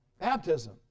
baptism